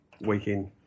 weekend